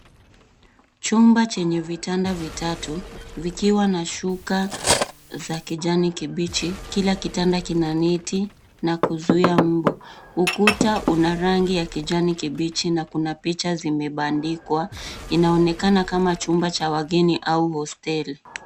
Chumba chenye vitanda vitatu, vikiwa na shuka za kijani kibichi, kila kitanda kina neti na kuzuia mbu. Ukuta una rangi ya kijani kibichi na kuna picha zimebandikwa, inaonekana kama chumba cha wageni au hostel .